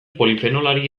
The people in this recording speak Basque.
polifenolari